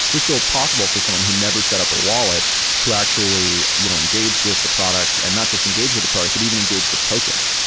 it was still possible for someone who never set up a wallet to actually you know engage with the product, and not just engage with the product, but even engage with tokens.